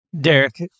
Derek